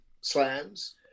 slams